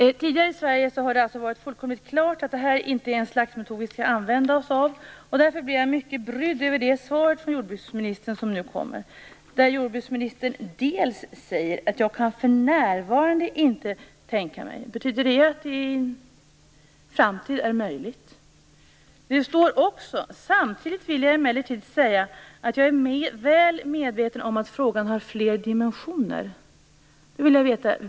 Tidigare har det varit fullkomligt klart att detta är en slaktmetod som vi inte skall använda oss av i Sverige. Jag blev därför mycket brydd över det svar som nu kommer från jordbruksministern. Jordbruksministern säger: Jag kan för närvarande inte tänka mig. Betyder det att det i en framtid är möjligt? Det står också: Samtidigt vill jag emellertid säga att jag är väl medveten om att frågan har fler dimensioner.